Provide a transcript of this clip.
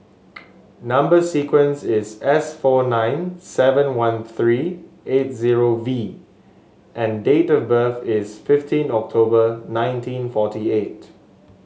number sequence is S four nine seven one three eight zero V and date of birth is fifteen October nineteen forty eight